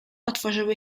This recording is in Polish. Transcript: otworzyły